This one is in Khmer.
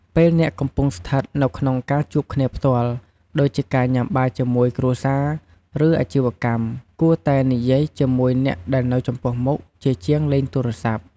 ពេលអ្នកកំពុងស្ថិតនៅក្នុងការជួបគ្នាផ្ទាល់ ដូចជាការញុាំបាយជាមួយគ្រួសារ ឬ អាជីវកម្ម អ្នកគួរតែនិយាយជាមួយអ្នកដែលនៅចំពោះមុខជាជាងលេងទូរស័ព្ទ។